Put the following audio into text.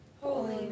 Holy